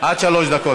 עד שלוש דקות.